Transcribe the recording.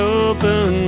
open